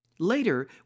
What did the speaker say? Later